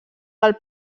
del